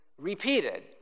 repeated